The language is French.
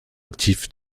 actif